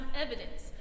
evidence